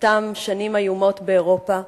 אותן שנים איומות באירופה,